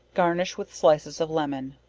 garnish with slices of lemon.